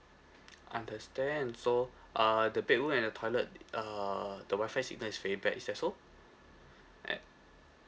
understand so uh the bedroom and the toilet it uh the wifi signal is very bad is that so at